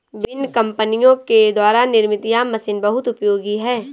विभिन्न कम्पनियों के द्वारा निर्मित यह मशीन बहुत उपयोगी है